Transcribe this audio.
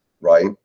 Right